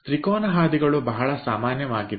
ತ್ರಿಕೋನ ಹಾದಿಗಳು ಬಹಳ ಸಾಮಾನ್ಯವಾಗಿದೆ